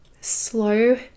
slow